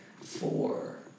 four